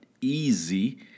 easy